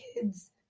kids